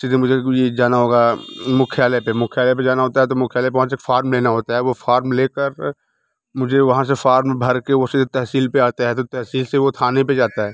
सीधे मुझे ये जाना होगा मुख्यालय पे मुख्यालय पे जाना होता है तो मुख्यालय पहुंच के एक फार्म लेना होता है वो फार्म ले कर मुझे वहाँ से फार्म भर के उसे तहसील पर आते हैं तो तहसील से वो थाने पर जाता है